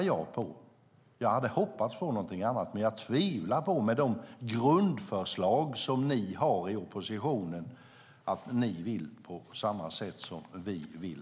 Jag hade hoppats på någonting annat, men jag tvivlar på att ni i oppositionen, med de grundförslag som ni har, vill det på samma sätt som vi vill.